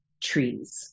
trees